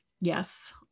yes